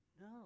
No